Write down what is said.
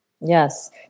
Yes